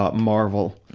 but marvel.